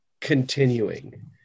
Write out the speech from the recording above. continuing